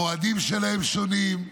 המועדים שלהם שונים,